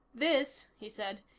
this, he said,